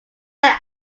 are